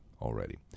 already